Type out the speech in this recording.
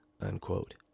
unquote